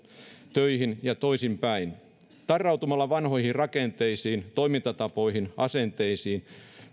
töihin ja toisinpäin tarrautumalla vanhoihin rakenteisiin toimintatapoihin ja asenteisiin